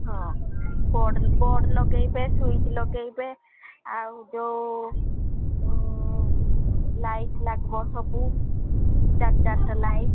ହଁ board board ଲଗେଇବେ switch ଲଗେଇବେ ଆଉ ଯୋଉ ଲାଇଟ୍ ଲାଗିବ ସବୁ ଚାରି ଚାରିଟା ଲାଇଟ୍